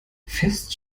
fest